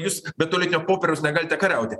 jus be tualetinio popieriaus negalite kariauti